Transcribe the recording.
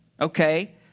okay